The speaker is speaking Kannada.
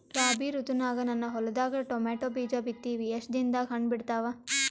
ರಾಬಿ ಋತುನಾಗ ನನ್ನ ಹೊಲದಾಗ ಟೊಮೇಟೊ ಬೀಜ ಬಿತ್ತಿವಿ, ಎಷ್ಟು ದಿನದಾಗ ಹಣ್ಣ ಬಿಡ್ತಾವ?